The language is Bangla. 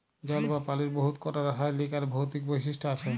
জল বা পালির বহুত কটা রাসায়লিক আর ভৌতিক বৈশিষ্ট আছে